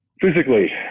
Physically